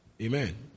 amen